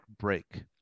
break